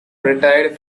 retired